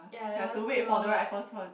ya that one still long lah